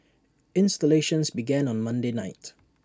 installations began on Monday night